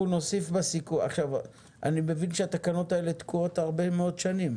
אני מבין שהתקנות האלה תקועות הרבה מאוד שנים.